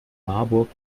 marburg